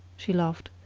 she laughed,